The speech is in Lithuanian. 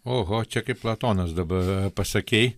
oho čia kaip platonas dabar pasakei